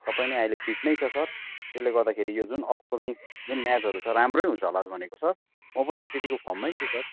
सबै नै अहिले फिट नै छ सर त्यसले गर्दाखेरि यो जुन अपकमिङ जुन म्याचहरू छ राम्रै हुन्छ होला भनेको सर म पनि त्यत्तिको फर्ममै छु सर